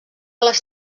les